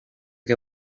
que